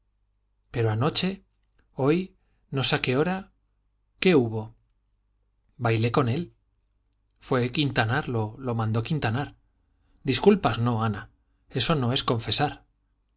pero anoche hoy no sé a qué hora qué hubo bailé con él fue quintanar lo mandó quintanar disculpas no ana eso no es confesar